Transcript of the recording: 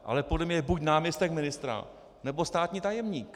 Ale podle mě je buď náměstek ministra, nebo státní tajemník.